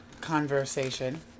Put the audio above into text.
conversation